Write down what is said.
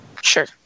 sure